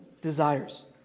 desires